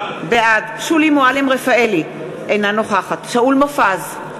בעד שולי מועלם-רפאלי, אינה נוכחת שאול מופז,